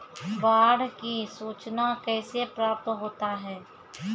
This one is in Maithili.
बाढ की सुचना कैसे प्राप्त होता हैं?